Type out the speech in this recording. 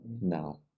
No